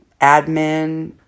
admin